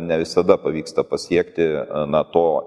ne visada pavyksta pasiekti na to